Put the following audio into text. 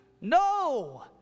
no